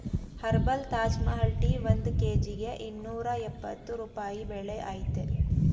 herbal Taj Mahal tea ಒಂದ್ ಕೇಜಿಗೆ ಐನೂರ್ಯಪ್ಪತ್ತು ರೂಪಾಯಿ ಬೆಲೆ ಅಯ್ತೇ